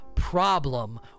problem